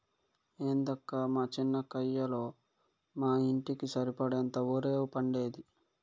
ఏందక్కా మా చిన్న కయ్యలో మా ఇంటికి సరిపడేంత ఒరే పండేది